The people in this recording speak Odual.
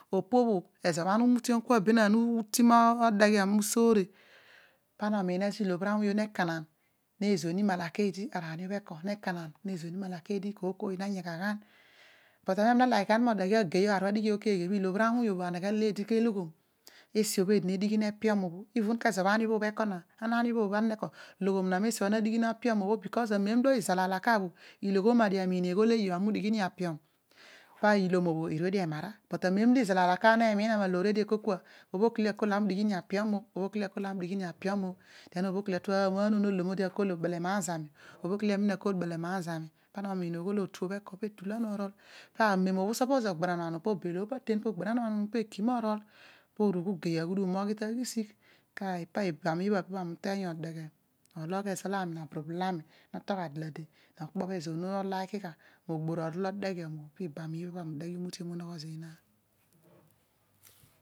Ezo bho ana umutiom be naan uti modeghion usoore, pana omiin ezo ilobhir aawuny ne kanan nezuani malaka eedi araani bhu ne kanan nezuani malaka eedi but aami naliki gha mogba agei onogho awuny molo eedi ke eloghom meesi obho eedi edighi na piom obho eken ke ze bho ani- bhebh ekona ana ani obhobh eko laghu na masi olo ana na digh na piom, iloghom bkos amem oh kal alaka bho iloghom, o ughol ami udighi ni ma piom pa ilom irue dio emara amen obho li suppose oghar annan pa amem bho maten po ekima or o, po oru ugai aghu dum oghi ta ghisigh ipa ibam obho aani uteeny odeghe ologh tezo aami naburublol ami neliki mo deghe ta amem olo ezoor urol dalade mogbor orol odeghion obho pi iban ibha bho aami udeghe umutiom bho. Unogho zina.